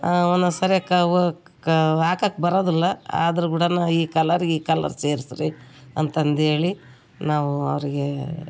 ಒಂದೊಂದು ಸರಿಯಾಗ್ ಬರೋದಿಲ್ಲ ಆದರೂ ಕೂಡ ನಾವು ಈ ಕಲ್ಲರ್ ಈ ಕಲ್ಲರ್ ಸೇರಿಸಿ ರೀ ಅಂತಂದು ಹೇಳಿ ನಾವು ಅವರಿಗೇ